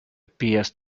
appears